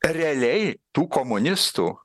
realiai tų komunistų